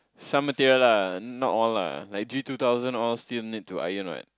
some material lah not all lah like G two thousand all still need to iron what